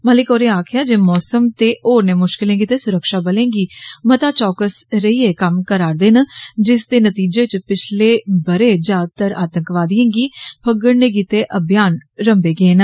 मलिक होरें आक्खेआ जे मौसम ते होरने मुष्कलें गिते सुरक्षा बलें गी मता चौकस रहिये कम्म करारदे दे न जिस दे नतीजे च पिछले बरे ज्यादातर आतंकवादिएँ गी फगडने गिते अभियान रम्मे गे न